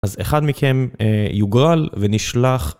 אז אחד מכם יוגרל ונשלח.